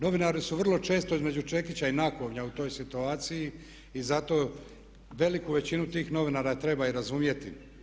Novinari su vrlo često između čekića i nakovnja u toj situaciji i zato veliku većinu tih novinara treba i razumjeti.